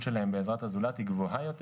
שלהם בעזרת הזולת היא גבוהה יותר.